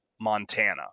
Montana